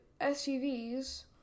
SUVs